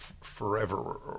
forever